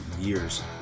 years